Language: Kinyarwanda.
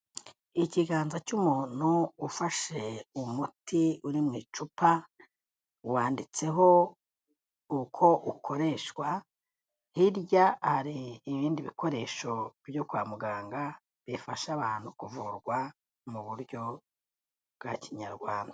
Ikiganza cy'umuntu ufashe umuti uri mu icupa, wanditseho uko ukoreshwa, hirya hari ibindi bikoresho byo kwa muganga, bifasha abantu kuvurwa mu buryo bwa kinyarwanda.